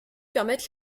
permettent